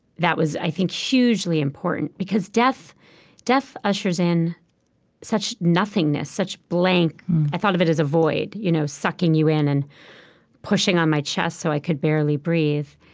that was, i think, hugely important because death death ushers in such nothingness, such blank i thought of it as a void, you know sucking you in and pushing on my chest so i could barely breathe.